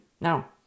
now